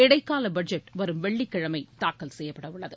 இடைக்கால பட்ஜெட் வரும் வெள்ளிக்கிழமை தாக்கல் செய்யப்படவுள்ளது